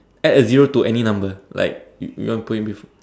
add a zero to any number like you you want to put it which